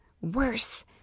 worse